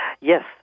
Yes